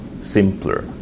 simpler